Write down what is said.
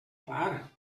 clar